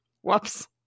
Whoops